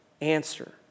answer